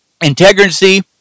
integrity